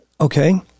Okay